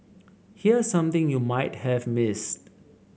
here's something you might have missed